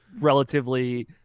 relatively